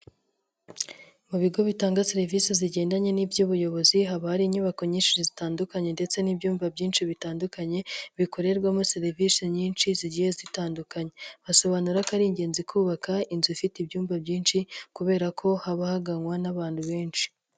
Mu bigo bitanga serivisi zigendanye n'iby'ubuyobozi haba hari inyubako nyinshi zitandukanye ndetse n'ibyumba byinshi bitandukanye, bikorerwamo serivisi nyinshi zigiye zitandukanye. Basobanura ko ari ingenzi kubaka inzu ifite ibyumba byinshi kubera ko haba haganwa n'abantu benshi.